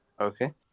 Okay